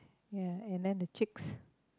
ya and then the chicks